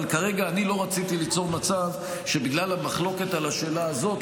אבל כרגע אני לא רציתי ליצור מצב שבגלל המחלוקת על השאלה הזאת,